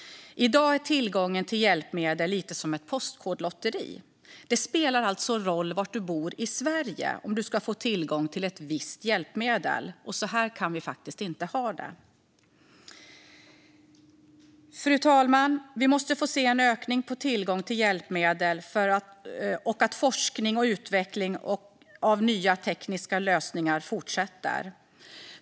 I dag är tillgången till hjälpmedel lite som ett postkodlotteri: Var i Sverige du bor spelar roll för möjligheten att få tillgång till ett visst hjälpmedel. Så kan vi faktiskt inte ha det. Fru talman! Vi måste få se en ökning av tillgången till hjälpmedel och att forskning om och utveckling av nya tekniska lösningar fortsätter.